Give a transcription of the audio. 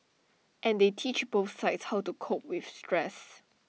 and they teach both sides how to cope with stress